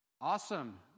Awesome